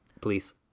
Please